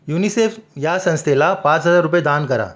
UNICEF या संस्थेला पाच हजार रुपये दान करा